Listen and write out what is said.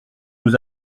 nous